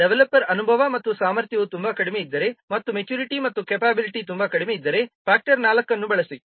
ಅಂದರೆ ಡೆವಲಪರ್ನ ಅನುಭವ ಮತ್ತು ಸಾಮರ್ಥ್ಯವು ತುಂಬಾ ಕಡಿಮೆಯಿದ್ದರೆ ಮತ್ತು ಮೆಚುರಿಟಿ ಮತ್ತು ಕೆಪಬಿಲಿಟಿ ತುಂಬಾ ಕಡಿಮೆಯಿದ್ದರೆ ಫ್ಯಾಕ್ಟರ್ 4 ಅನ್ನು ಬಳಸಿ